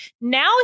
now